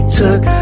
took